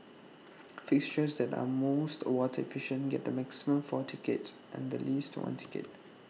fixtures that are most water efficient get the maximum four ticks and the least one tick